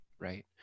Right